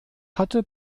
hatte